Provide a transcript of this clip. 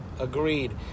Agreed